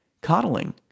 coddling